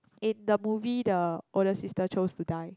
in the movie the older sister chose to die